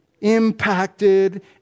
impacted